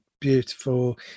beautiful